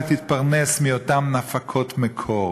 אלא תתפרנס מאותן הפקות מקור.